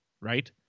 right